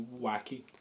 wacky